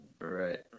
Right